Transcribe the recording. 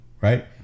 Right